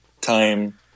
time